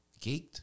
Geeked